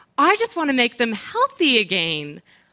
i just want to make them healthy again.